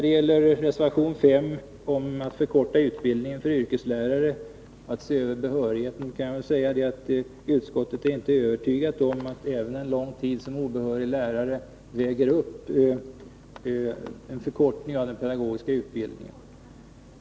Beträffande reservation 5 om förkortning av utbildningen för yrkeslärare och översyn av behörighetskraven för dessa vill jag säga, att utskottet inte är övertygat om att även en lång tid som obehörig lärare skulle uppväga en förkortning av den pedagogiska utbildningen.